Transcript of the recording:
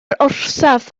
orsaf